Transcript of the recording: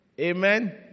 amen